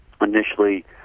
initially